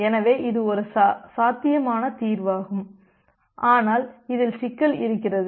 எனவே இது ஒரு சாத்தியமான தீர்வாகும் ஆனால் இதில் சிக்கல் இருக்கிறது